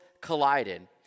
collided